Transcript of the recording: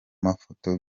mafoto